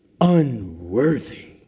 unworthy